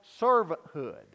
servanthood